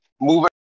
Moving